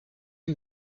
une